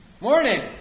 Morning